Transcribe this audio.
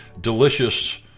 delicious